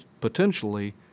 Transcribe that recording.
potentially